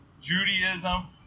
Judaism